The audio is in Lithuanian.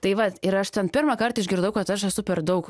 tai vat ir aš ten pirmąkart išgirdau kad aš esu per daug